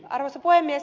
arvoisa puhemies